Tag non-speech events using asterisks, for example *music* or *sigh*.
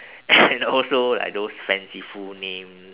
*breath* *coughs* and also like those fanciful names